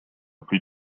plus